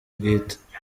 bwite